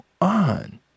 on